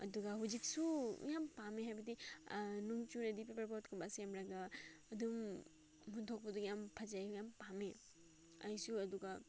ꯑꯗꯨꯒ ꯍꯧꯖꯤꯛꯁꯨ ꯌꯥꯝ ꯄꯥꯝꯃꯦ ꯍꯥꯏꯕꯗꯤ ꯅꯣꯡ ꯆꯨꯔꯗꯤ ꯄꯦꯄꯔ ꯕꯣꯠꯀꯨꯝꯕ ꯁꯦꯝꯂꯒ ꯑꯗꯨꯝ ꯍꯨꯟꯇꯣꯛꯄꯗꯨ ꯌꯥꯝ ꯐꯖꯩ ꯌꯥꯝ ꯄꯥꯝꯃꯦ ꯑꯩꯁꯨ ꯑꯗꯨꯒ